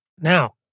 Now